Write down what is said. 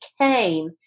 came